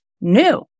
new